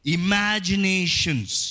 imaginations